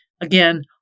Again